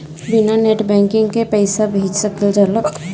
बिना net banking के पईसा भेज सकल जाला?